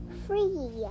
free